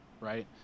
right